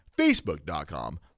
Facebook.com